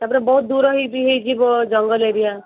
ତା'ପରେ ବହୁତ ଦୂର ହେଇଛି ହେଇଯିବ ଜଙ୍ଗଲ ଏରିଆ